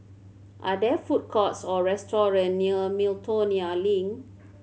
are there food courts or restaurants near Miltonia Link